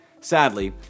Sadly